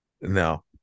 No